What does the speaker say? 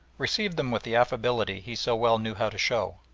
received them with the affability he so well knew how to show,